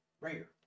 rare